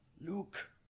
Luke